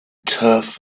turf